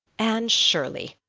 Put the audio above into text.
anne shirley,